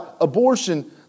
abortion